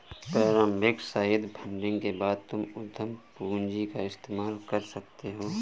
प्रारम्भिक seed funding के बाद तुम उद्यम पूंजी का इस्तेमाल कर सकते हो